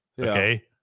Okay